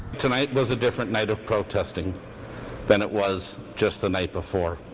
tonight was a different night of protesting than it was just the night before.